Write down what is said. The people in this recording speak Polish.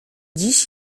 dziś